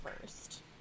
first